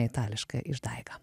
itališką išdaigą